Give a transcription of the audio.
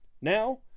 Now